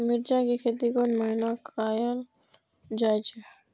मिरचाय के खेती कोन महीना कायल जाय छै?